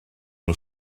nhw